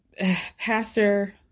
Pastor